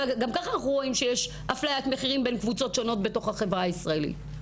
גם ככה אנחנו רואים שיש אפליית מחירים בין קבוצות שונות בחברה הישראלית.